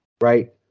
Right